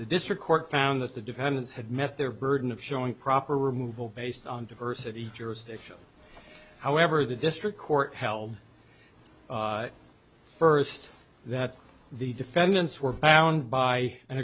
the district court found that the defendants had met their burden of showing proper removal based on diversity jurisdiction however the district court held first that the defendants were bound by an